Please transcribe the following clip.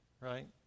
right